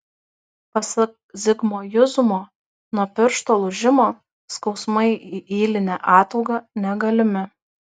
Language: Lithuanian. pasak zigmo juzumo nuo piršto lūžimo skausmai į ylinę ataugą negalimi